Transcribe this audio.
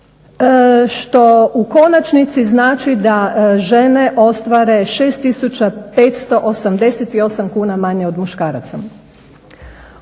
što u konačnici znači da žene ostvare 6588 kuna od muškaraca.